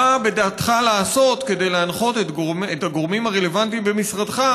מה בדעתך לעשות כדי להנחות את הגורמים הרלוונטיים במשרדך,